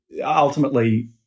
Ultimately